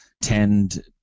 tend